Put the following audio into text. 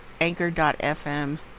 anchor.fm